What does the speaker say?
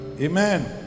Amen